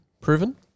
proven